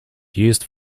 used